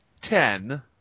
ten